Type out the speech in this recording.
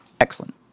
Excellent